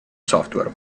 software